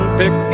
pick